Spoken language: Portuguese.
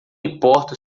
importo